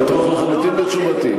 אני בטוח לחלוטין בתשובתי.